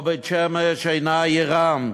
או שבית-שמש אינה עירם,